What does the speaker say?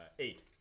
Eight